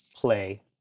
play